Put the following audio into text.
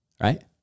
Right